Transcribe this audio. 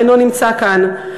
שאינו נמצא כאן,